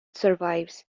survives